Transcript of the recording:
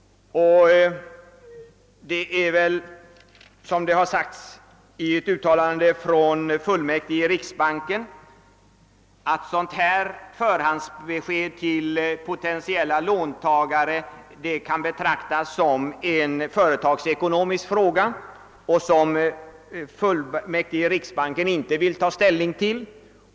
Som framhållits av riksbanksfullmäktige kan väl ett sådant förhandsbesked till potentiella låntagare betraktas som en företagsekonomisk fråga som riksbanksfullmäktige inte vill ta ställning till.